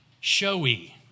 showy